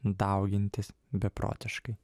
daugintis beprotiškai